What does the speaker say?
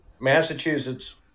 Massachusetts